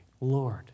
Lord